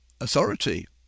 authority